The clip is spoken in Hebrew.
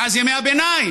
מאז ימי הביניים.